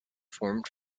formed